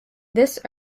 this